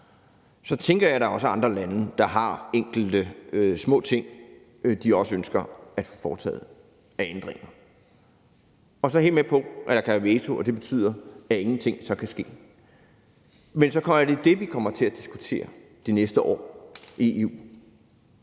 i traktaten, også er andre lande, der har enkelte små ting og ændringer, de ønsker at få foretaget. Så er jeg helt med på, at der kan være veto, og at det så betyder, at ingenting kan ske. Men så er det jo det, vi kommer til at diskutere det næste år i EU,